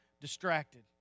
distracted